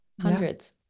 hundreds